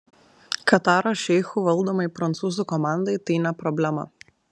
kataro šeichų valdomai prancūzų komandai tai ne problema